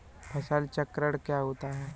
फसल चक्रण क्या होता है?